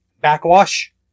Backwash